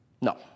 No